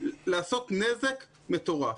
לנזק מטורף.